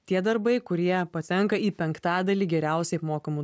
tie darbai kurie patenka į penktadalį geriausiai mokamų